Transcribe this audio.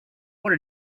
what